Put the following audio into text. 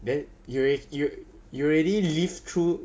then you al~ you you already lived through